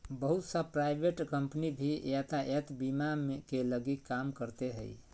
बहुत सा private company भी यातायात बीमा के लगी काम करते हइ